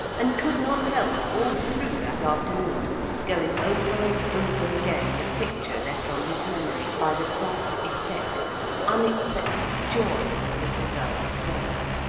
and could not help all through that afternoon going over and over again the picture left on his memory, by the bright effect of unexpected joy on the little girl's face.